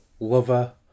Lover